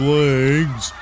legs